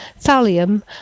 thallium